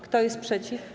Kto jest przeciw?